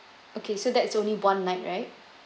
okay so that's only one night right